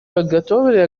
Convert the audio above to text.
подготовили